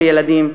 וילדים,